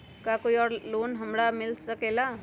और का इ हमरा लोन पर भी मिल सकेला?